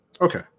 Okay